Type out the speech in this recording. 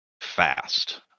fast